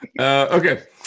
okay